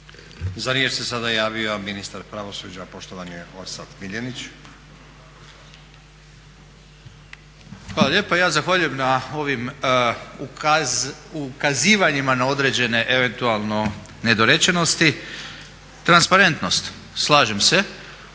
Za riječ se sada javio ministar pravosuđa poštovani Orsat Miljenić. **Miljenić, Orsat** Hvala lijepa. Ja zahvaljujem na ovim ukazivanjima na određene eventualno nedorečenosti. Transparentnost, slažem se,